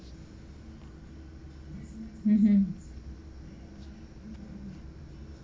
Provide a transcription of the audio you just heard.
mmhmm